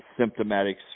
Symptomatic